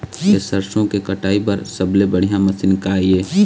सरसों के कटाई बर सबले बढ़िया मशीन का ये?